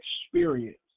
experience